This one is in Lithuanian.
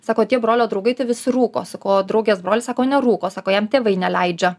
sako tie brolio draugai tai visi rūko sakau o kuo draugės brolis sako nerūko sako jam tėvai neleidžia